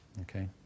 Okay